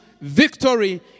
victory